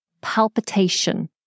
palpitation